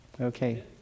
Okay